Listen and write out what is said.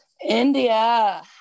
India